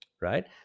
right